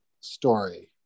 story